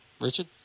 richard